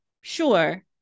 Sure